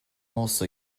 also